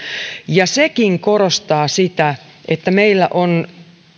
ja sekin korostaa sitä että meillä on